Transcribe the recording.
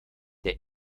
der